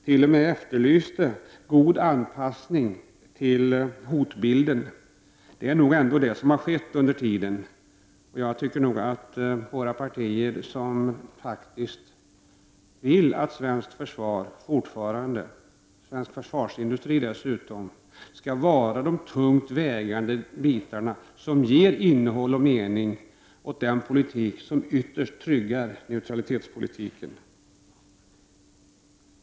Han efterlyste t.o.m. god anpassning till hotbilden. Det är nog ändå detta som har skett under tiden. Jag tycker nog att våra partier handlar taktiskt när de säger att svenskt försvar, och dessutom svensk försvarsindustri, fortfarande skall utgöra de tungt vägande bitarna som ger innehåll och mening åt den politik som ytterst tryggar neutraliteten.